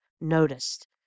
noticed